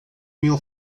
meal